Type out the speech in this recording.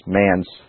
man's